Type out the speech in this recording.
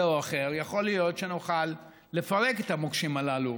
או אחר יכול להיות שנוכל לפרק את המוקשים הללו.